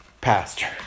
pastor